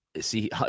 See